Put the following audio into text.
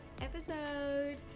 episode